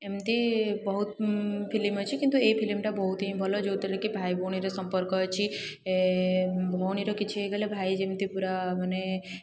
ଏମିତି ବହୁତ ବହୁତ ଫିଲିମ୍ ଅଛି କିନ୍ତୁ ଏଇ ଫିଲିମ୍ଟା ବହୁତି ହିଁ ଭଲ ଯେଉଁଥିରେକି ଭାଇ ଭଉଣୀର ସମ୍ପର୍କ ଅଛି ଭଉଣୀର କିଛି ହେଇଗଲେ ଭାଇ ଯେମିତି ପୁରା ମାନେ